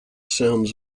sounds